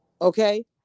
okay